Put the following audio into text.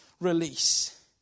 release